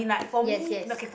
yes yes